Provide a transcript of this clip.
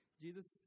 Jesus